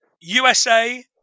USA